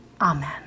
Amen